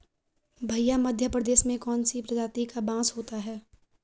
भैया मध्य प्रदेश में कौन सी प्रजाति का बांस होता है?